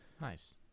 Nice